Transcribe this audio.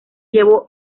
llevó